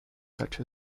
such